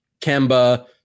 Kemba